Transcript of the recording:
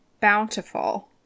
Bountiful